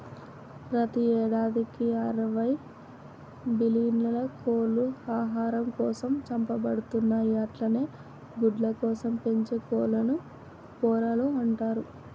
ప్రతి యేడాదికి అరవై బిల్లియన్ల కోళ్లు ఆహారం కోసం చంపబడుతున్నయి అట్లనే గుడ్లకోసం పెంచే కోళ్లను పొరలు అంటరు